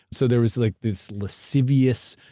so there was like this lascivious